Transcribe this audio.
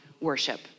worship